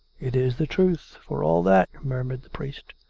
it is the truth, for all that, murmured the priest.